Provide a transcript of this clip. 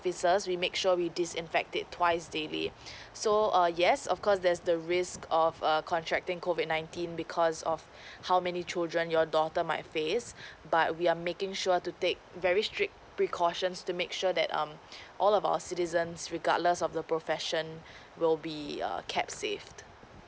surfaces we make sure we did infect it twice daily so err yes of course that's the risk of a contracting COVID nineteen because of how many children your daughter might face but we are making sure to take very strict precautions to make sure that um all of our citizens regardless of the profession will be err kept saved